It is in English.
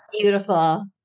Beautiful